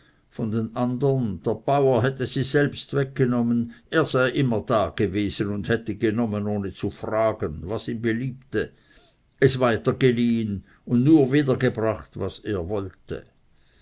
von den andern der bauer hätte sie selbst weggenommen er sei immer dagewesen und hätte genommen ohne zu fragen was ihm beliebte es weitergeliehen und nur wieder gebracht was er wollte